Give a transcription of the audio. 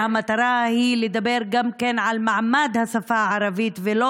והמטרה היא לדבר גם על מעמד השפה הערבית ולא